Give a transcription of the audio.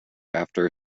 after